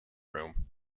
room